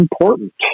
important